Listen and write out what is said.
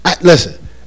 listen